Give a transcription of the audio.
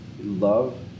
love